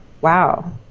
wow